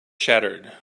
shattered